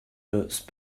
nurse